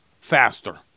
faster